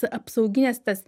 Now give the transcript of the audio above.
apsaugines tas